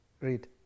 Read